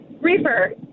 Reefer